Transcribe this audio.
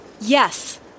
Yes